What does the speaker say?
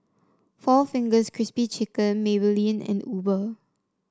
Four Fingers Crispy Chicken Maybelline and Uber